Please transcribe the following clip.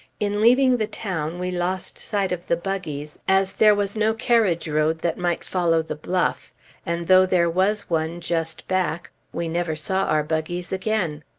in leaving the town, we lost sight of the buggies, as there was no carriage road that might follow the bluff and though there was one just back, we never saw our buggies again.